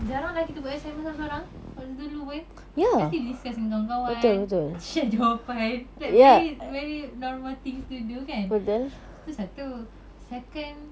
jarang lah kita buat assignment sorang-sorang waktu dulu pun mesti discuss dengan kawan-kawan share jawapan like very very normal things to do kan tu satu second